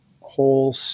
whole